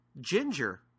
Ginger